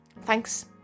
Thanks